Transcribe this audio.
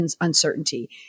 uncertainty